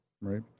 right